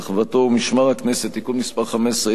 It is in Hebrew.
רחבתו ומשמר הכנסת (תיקון מס' 15),